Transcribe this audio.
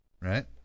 right